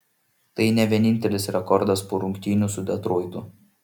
tai ne vienintelis rekordas po rungtynių su detroitu